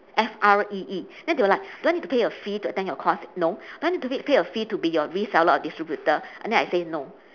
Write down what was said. F R E E then they were like do I need to pay a fee to attend your course no do I need to pay pay a fee to be your reseller or distributor and then I say no